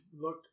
look